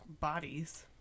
bodies